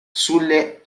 sulle